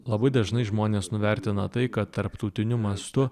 labai dažnai žmonės nuvertina tai kad tarptautiniu mastu